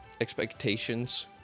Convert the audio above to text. expectations